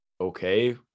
okay